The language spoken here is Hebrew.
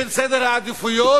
של סדר העדיפויות,